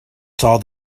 saw